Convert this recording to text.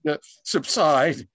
subside